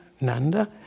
Nanda